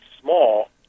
small